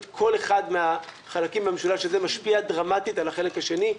- כל אחד מהחלקים בממשלה שזה משפיע דרמטית על החלק השני.